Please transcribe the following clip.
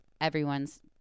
everyone's